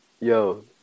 Yo